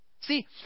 See